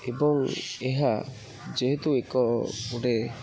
ଏବଂ ଏହା ଯେହେତୁ ଏକ ଗୋଟେ